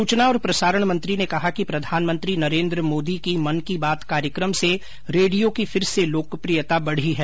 सूचना और प्रसारण मंत्री ने कहा कि प्रधानमंत्री नरेन्द्र मोदी की मन की बात कार्यक्रम से रेडियो की फिर से लोकप्रियता बढ़ी है